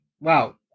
wow